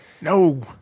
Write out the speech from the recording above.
No